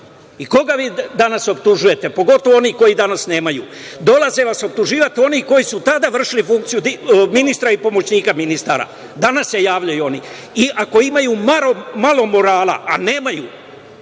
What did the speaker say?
koga vi danas optužujete? Pogotovo oni kojih danas nema. Dolaze vas optuživati oni koji su tada vršili funkciju ministra i pomoćnika ministara. Danas se javljaju oni. Ako imaju malo morala, a nemaju,